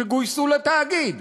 שגויסו לתאגיד,